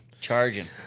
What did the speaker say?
Charging